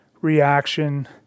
reaction